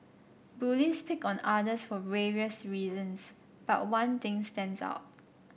bullies pick on others for various reasons but one thing stands out